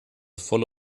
volle